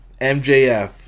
MJF